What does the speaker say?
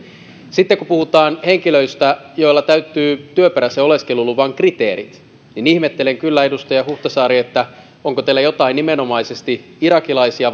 sitten kun puhutaan henkilöistä joilla täyttyvät työperäisen oleskeluluvan kriteerit niin ihmettelen kyllä edustaja huhtasaari onko teillä jotain nimenomaisesti irakilaisia